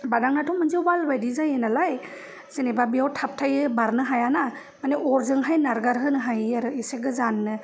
बादांनाथ मोनसे वालबायदि जायो नालाय जेनबा बेयाव थाबथायो बारनो हाया ना मानि अरजोंहाय नारगार होनो हायो आरो एसे गोजाननो